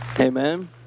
Amen